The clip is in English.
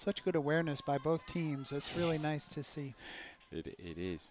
such good awareness by both teams it's really nice to see it is